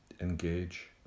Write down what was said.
engage